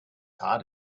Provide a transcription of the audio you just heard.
tart